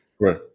Right